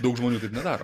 daug žmonių taip nedaro